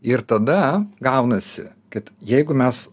ir tada gaunasi kad jeigu mes